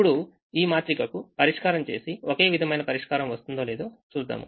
ఇప్పుడు ఈ మాత్రికకు పరిష్కారంచేసి ఒకే విధమైన పరిష్కారం వస్తుందో లేదో చూస్తాను